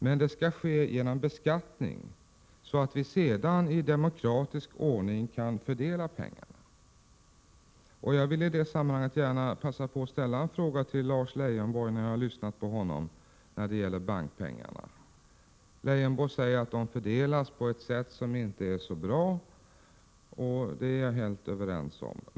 Men det skall ske genom beskattning, så att vi sedan i demokratisk ordning kan fördela pengarna. Jag vill i det sammanhanget gärna passa på att ställa en fråga till Lars Leijonborg när det gäller bankpengarna. Lars Leijonborg säger att de fördelas på ett sätt som inte är så bra. Det är jag helt överens med honom om.